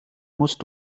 musst